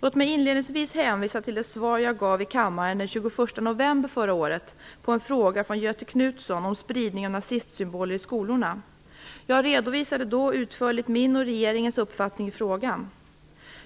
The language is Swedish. Låt mig inledningsvis hänvisa till det svar jag gav i kammaren den 21 november förra året på en fråga från Göthe Knutson om spridning av nazistsymboler i skolorna. Jag redovisade då utförligt min och regeringens uppfattning i frågan.